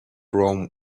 rome